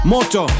Moto